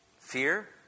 Fear